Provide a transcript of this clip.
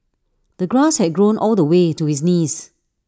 the grass had grown all the way to his knees